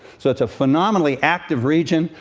so, it's a phenomenally active region,